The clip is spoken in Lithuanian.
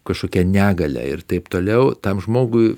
kažkokią negalią ir taip toliau tam žmogui